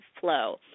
flow